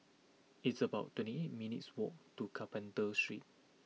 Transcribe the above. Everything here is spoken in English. it's about twenty eight minutes' walk to Carpenter Street